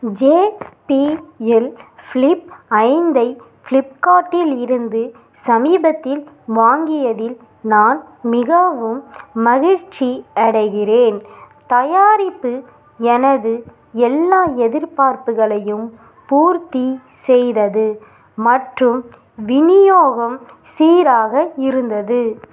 J B L flip ஐந்தை ஃப்ளிப்கார்ட்டிலிருந்து சமீபத்தில் வாங்கியதில் நான் மிகவும் மகிழ்ச்சி அடைகிறேன் தயாரிப்பு எனது எல்லா எதிர்பார்ப்புகளையும் பூர்த்தி செய்தது மற்றும் விநியோகம் சீராக இருந்தது